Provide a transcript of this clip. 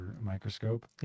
microscope